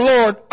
Lord